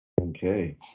Okay